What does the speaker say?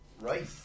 right